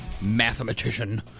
mathematician